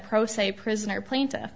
pro se prisoner plaintiff